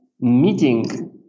meeting